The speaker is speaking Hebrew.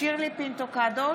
שירלי פינטו קדוש,